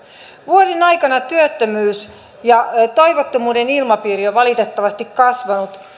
vuoden aikana työttömyys ja toivottomuuden ilmapiiri on valitettavasti kasvanut